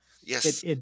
Yes